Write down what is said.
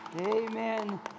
Amen